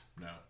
No